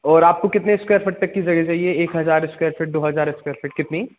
और आपको कितने स्क्वैर फुट तक की जगह चाहिए एक हज़ार स्क्वैर फीट दो हज़ार स्क्वैर फीट कितनी